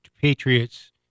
Patriots